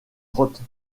grotte